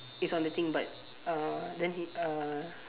he's on the thing but uh then he uh